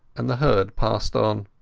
and the herd passed on.